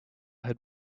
had